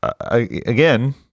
Again